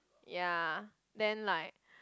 ya then like